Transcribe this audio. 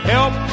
Help